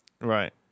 Right